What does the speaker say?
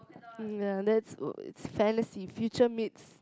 um ya that's uh it's fantasy future meets